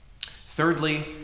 Thirdly